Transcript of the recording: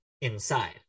Inside